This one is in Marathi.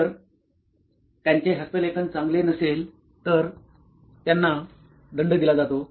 जर त्यांचे हस्तलेखन चांगले नसेल तर त्यांना दंड दिला जातो